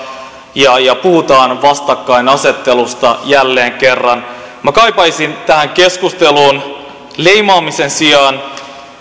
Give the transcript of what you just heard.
ja ja puhutaan vastakkainasettelusta jälleen kerran minä kaipaisin tähän keskusteluun leimaamisen sijaan